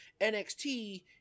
NXT